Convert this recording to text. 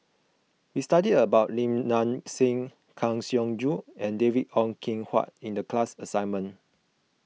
we studied about Lim Nang Seng Kang Siong Joo and David Ong Kim Huat in the class assignment